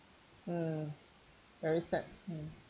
mm very sad mm